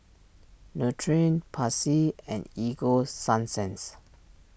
Nutren Pansy and Ego Sunsense